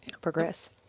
progress